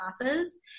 classes